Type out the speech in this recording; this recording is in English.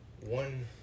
one